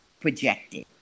projected